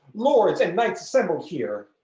lords and knights assembled here,